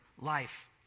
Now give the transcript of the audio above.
life